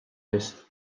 eest